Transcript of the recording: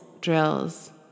drills